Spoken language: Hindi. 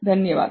धन्यवाद